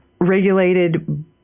regulated